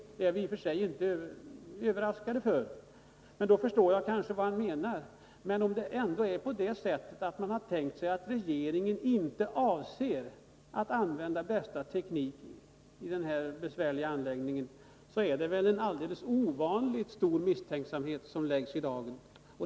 Det är i och för sig inte överraskande, men om man antar att regeringen inte avser att använda bästa teknik så är det väl en alldeles ovanligt stor misstänksamhet som läggs i dagen.